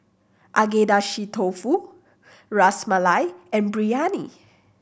Agedashi Dofu Ras Malai and Biryani